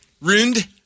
ruined